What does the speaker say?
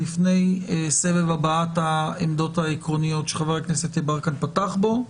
לפני סבב הבעת העמדות העקרוניות שחבר הכנסת יברקן פתח בו?